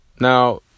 now